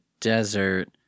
desert